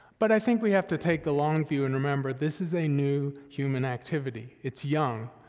but i think we have to take the long view and remember this is a new human activity. it's young.